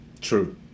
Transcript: True